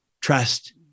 trust